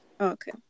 Okay